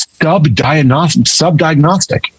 subdiagnostic